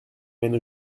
mène